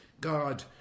God